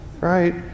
right